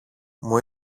μου